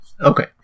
Okay